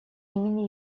имени